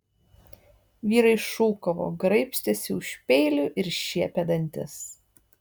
vyrai šūkavo graibstėsi už peilių ir šiepė dantis